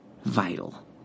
vital